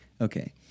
Okay